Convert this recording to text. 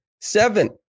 Seven